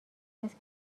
است